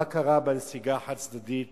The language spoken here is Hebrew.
מה קרה בנסיגה החד-צדדית